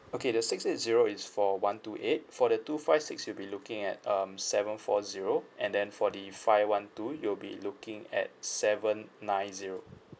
okay the six eight zero is for one two eight for the two five six you'll be looking at um seven four zero and then for the five one two you'll be looking at seven nine zero